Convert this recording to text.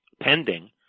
pending